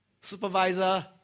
Supervisor